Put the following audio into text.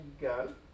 go